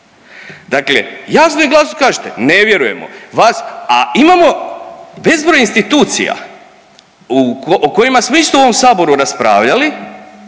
Dakle, jasno i glasno kažete ne vjerujemo vas, a imamo bezbroj institucija o kojima smo isto u ovom saboru raspravljali